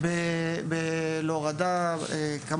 להורדה.